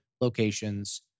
locations